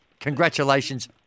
Congratulations